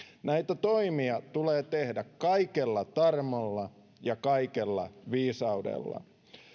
näitä toimia tulee tehdä kaikella tarmolla ja kaikella viisaudella